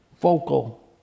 vocal